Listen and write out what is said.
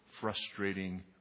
frustrating